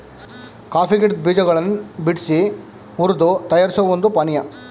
coffee ಗಿಡದ್ ಬೀಜಗಳನ್ ಬಿಡ್ಸಿ ಹುರ್ದು ತಯಾರಿಸೋ ಒಂದ್ ಪಾನಿಯಾ